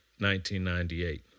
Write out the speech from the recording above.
1998